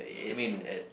I mean